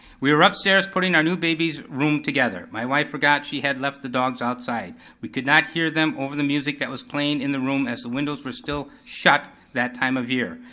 we were upstairs putting our new baby's room together. my wife forgot she had left the dogs outside. we could not hear them over the music that was playing in the room as the windows were still shut that time of year.